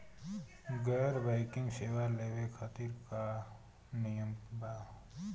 गैर बैंकिंग सेवा लेवे खातिर का नियम बा?